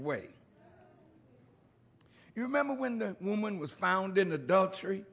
way you remember when the woman was found in adultery